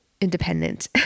independent